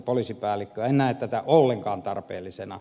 en näe tätä ollenkaan tarpeellisena